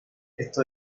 esto